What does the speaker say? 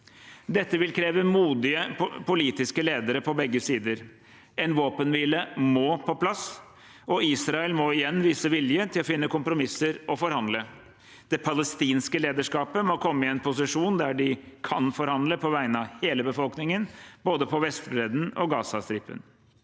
Dette vil kreve modige politiske ledere på begge sider. En våpenhvile må på plass, og Israel må igjen vise vilje til å finne kompromisser og forhandle. Det palestinske lederskapet må komme i en posisjon der de kan forhandle på vegne av hele befolkningen, både på Vestbredden og på Gazastripen.